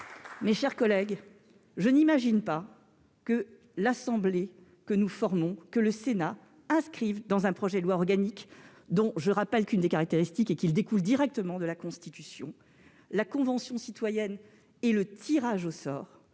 mes chers collègues, je n'imagine pas que le Sénat, l'assemblée que nous formons, inscrive dans un projet de loi organique, dont l'une des caractéristiques est qu'il découle directement de la Constitution, la convention citoyenne et le tirage au sort,